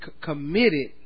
committed